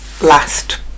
last